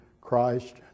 Christ